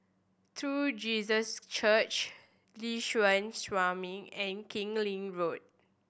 True Jesus Church Liuxun Sanhemiao and Keng Lee Road